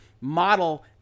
model